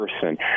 Person